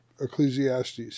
Ecclesiastes